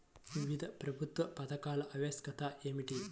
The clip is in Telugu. వివిధ ప్రభుత్వ పథకాల ఆవశ్యకత ఏమిటీ?